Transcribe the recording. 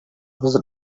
was